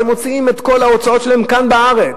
הם מוציאים את כל ההוצאות שלהם כאן בארץ,